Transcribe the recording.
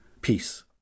Peace